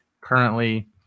currently